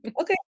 Okay